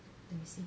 let me see